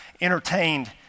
entertained